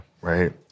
Right